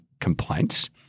complaints